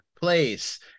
place